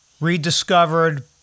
rediscovered